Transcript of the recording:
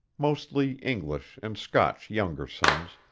mostly english and scotch younger sons,